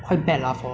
is like quite